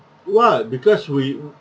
what because we